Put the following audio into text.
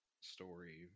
story